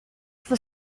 for